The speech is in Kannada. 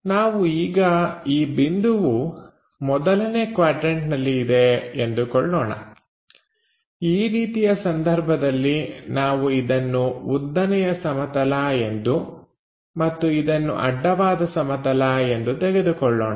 ನಾವು ಈಗ ಈ ಬಿಂದುವು ಮೊದಲನೇ ಕ್ವಾಡ್ರನ್ಟನಲ್ಲಿ ಇದೆ ಎಂದುಕೊಳ್ಳೋಣ ಈ ರೀತಿಯ ಸಂದರ್ಭದಲ್ಲಿ ನಾವು ಇದನ್ನು ಉದ್ದನೆಯ ಸಮತಲ ಎಂದು ಮತ್ತು ಇದನ್ನು ಅಡ್ಡವಾದ ಸಮತಲ ಎಂದು ತೆಗೆದುಕೊಳ್ಳೋಣ